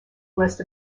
list